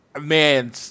man